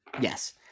Yes